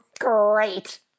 great